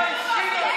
הכנסת.